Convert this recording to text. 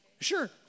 Sure